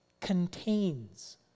contains